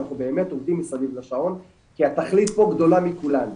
אנחנו באמת עובדים מסביב לשעון כי התכלית פה גדולה מכולן,